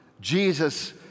Jesus